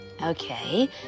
Okay